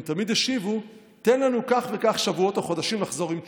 הם תמיד השיבו: תן לנו כך וכך שבועות או חודשים לחזור עם תשובה,